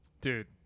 Dude